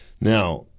Now